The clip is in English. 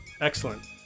Excellent